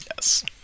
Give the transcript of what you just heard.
Yes